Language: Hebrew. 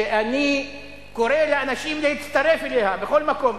שאני קורא לאנשים להצטרף אליה בכל מקום,